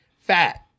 fat